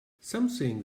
something